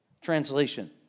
Translation